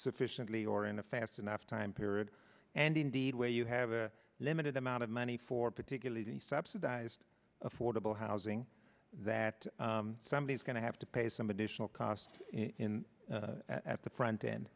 sufficiently or in a fast enough time period and indeed where you have a limited amount of money for particularly subsidized affordable housing that somebody is going to have to pay some additional costs in at the front end